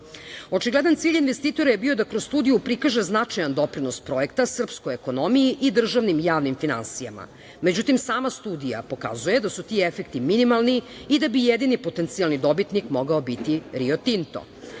Očigledan cilj investitora je bio da kroz studiju prikaže značajan doprinos projekta srpskoj ekonomiji i državnim javnim finansijama. Međutim, sama studija pokazuje da su ti efekti minimalni i da bi jedini potencijalni dobitnik mogao biti "Rio Tinto".